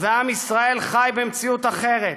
ועם ישראל חי במציאות אחרת,